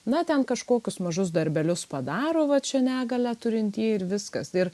na ten kažkokius mažus darbelius padaro vat čia negalią turintieji ir viskas ir